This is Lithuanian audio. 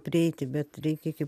prieiti bet reikia iki